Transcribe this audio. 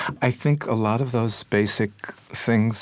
i think a lot of those basic things